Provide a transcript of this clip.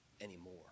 anymore